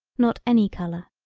not any color.